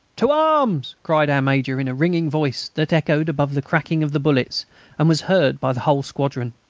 to arms! cried our major, in a ringing voice that echoed above the crackling of the bullets and was heard by the whole squadron.